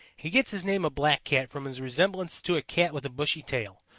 he gets his name of blackcat from his resemblance to a cat with a bushy tail,